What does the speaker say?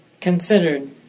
considered